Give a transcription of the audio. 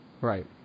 right